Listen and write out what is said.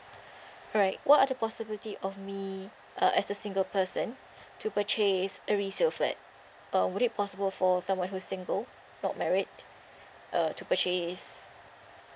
alright what are the possibility of me uh as a single person to purchase a resale flat uh would it possible for someone who's single not married uh to purchase